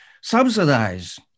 subsidize